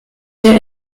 der